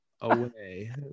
away